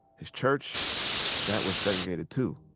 his church that was segregated too.